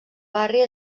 barri